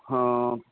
ਹਾਂ